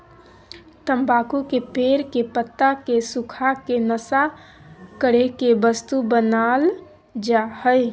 तम्बाकू के पेड़ के पत्ता के सुखा के नशा करे के वस्तु बनाल जा हइ